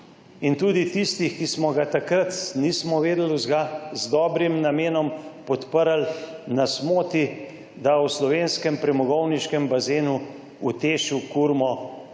in tudi tistih, ki smo ga takrat, ko nismo vedeli vsega, z dobrim namenom podprli, nas moti, da v slovenskem premogovniškem bazenu v TEŠ kurimo premog.